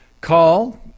call